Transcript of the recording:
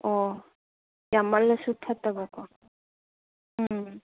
ꯑꯣ ꯌꯥꯝꯃꯜꯂꯁꯨ ꯐꯠꯇꯕꯀꯣ ꯎꯝ